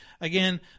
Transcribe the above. Again